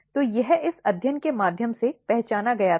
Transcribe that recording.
तो यह इस अध्ययन के माध्यम से पहचाना गया था